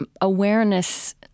awareness